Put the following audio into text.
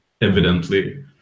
evidently